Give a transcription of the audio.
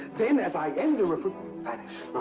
then as i end the re vanish!